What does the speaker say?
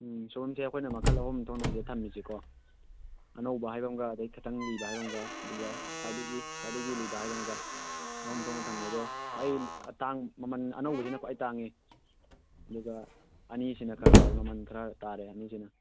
ꯁꯣꯏꯕꯨꯝꯁꯦ ꯑꯩꯈꯣꯏꯅ ꯃꯈꯜ ꯑꯍꯨꯝ ꯊꯣꯛꯅꯅꯦ ꯊꯝꯃꯤꯁꯤꯀꯣ ꯑꯅꯧꯕ ꯍꯥꯏꯕ ꯑꯃꯒ ꯑꯗꯨꯗꯩ ꯈꯤꯇꯪ ꯂꯤꯕ ꯍꯥꯏꯕ ꯑꯃꯒ ꯑꯗꯨꯒ ꯈ꯭ꯋꯥꯏꯗꯒꯤ ꯈ꯭ꯋꯥꯏꯗꯒꯤ ꯂꯤꯕ ꯍꯥꯏꯕ ꯑꯃꯒ ꯑꯍꯨꯝ ꯊꯣꯛꯅ ꯊꯝꯃꯦ ꯑꯗꯣ ꯈ꯭ꯋꯥꯏ ꯑꯇꯥꯡ ꯃꯃꯟ ꯑꯅꯧꯕꯁꯤꯅ ꯈ꯭ꯋꯥꯏ ꯇꯥꯡꯏ ꯑꯗꯨꯒ ꯑꯅꯤꯁꯤꯅ ꯈꯔ ꯈꯔ ꯃꯃꯟ ꯈꯔ ꯇꯥꯔꯦ ꯑꯅꯤꯁꯤꯅ